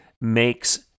makes